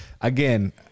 again